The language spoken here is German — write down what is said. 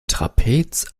trapez